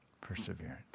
Perseverance